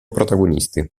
protagonisti